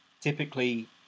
typically